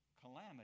calamity